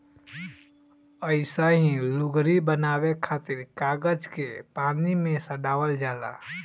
अइसही लुगरी बनावे खातिर कागज के पानी में सड़ावल जाला